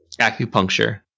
acupuncture